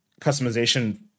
customization